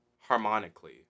harmonically